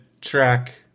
track